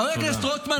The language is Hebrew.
חבר הכנסת רוטמן,